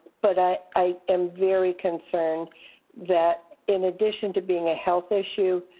but i i am very concerned that in addition to being a health issue,